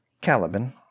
caliban